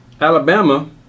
Alabama